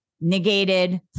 negated